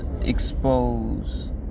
expose